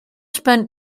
spent